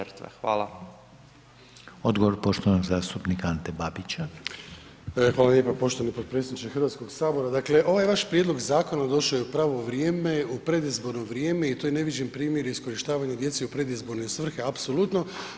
Hvala lijepo poštovani potpredsjedniče Hrvatskog sabora, dakle ovaj vaš prijedlog zakona došao je u pravo vrijeme, u predizborno vrijeme i to je neviđen primjer iskorištavanja djece u predizborne svrhe apsolutno.